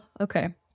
okay